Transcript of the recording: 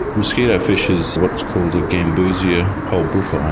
mosquitofish is what's called a gambusia holbrooki,